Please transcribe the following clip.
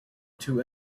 two